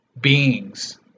beings